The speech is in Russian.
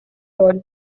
роль